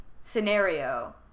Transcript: scenario